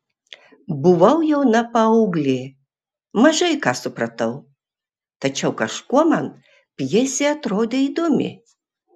buvau jauna paauglė mažai ką supratau tačiau kažkuo man pjesė atrodė įdomi